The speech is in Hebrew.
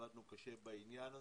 ועבדנו קשה בעניין הזה.